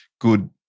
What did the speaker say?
good